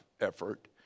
effort